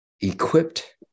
equipped